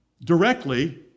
directly